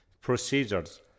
Procedures